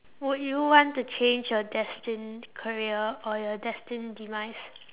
would you want to change your destined career or your destined demise